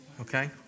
okay